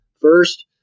first